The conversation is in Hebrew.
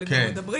אבל אם כבר מדברים,